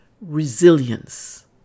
Resilience